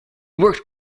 worked